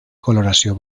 coloració